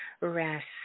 rest